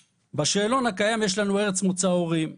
בשאלון הקיים יש לנו ארץ מוצא הורים.